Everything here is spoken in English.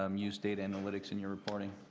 um use data analytics in your reporting?